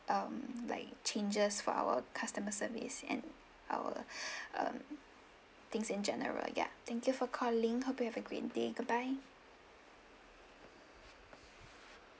um like changes for our customer service and our um things in general ya thank you for calling hope you have a great day goodbye